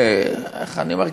אני אומר,